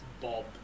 bob